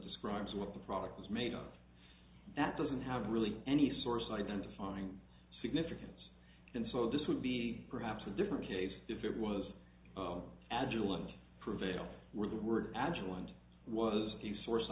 describes what the product is made of that doesn't have really any source identifying significance and so this would be perhaps a different case if there was no agilent prevail were the word agile and was the source